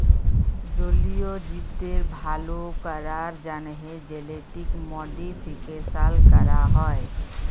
জলীয় জীবদের ভাল ক্যরার জ্যনহে জেলেটিক মডিফিকেশাল ক্যরা হয়